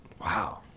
wow